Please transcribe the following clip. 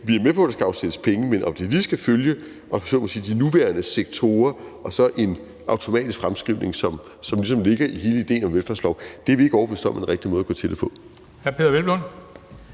Vi er med på, at der skal afsættes penge, men om det lige skal følge, om jeg så må sige de nuværende sektorer og så en automatisk fremskrivning, som ligesom ligger i hele idéen om en velfærdslov, er vi ikke overbevist om er den rigtige måde at gå til det på. Kl.